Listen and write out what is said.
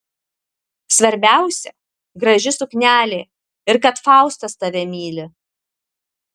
svarbiausia graži suknelė ir kad faustas tave myli